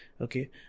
Okay